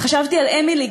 חשבתי על אמילי,